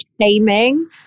shaming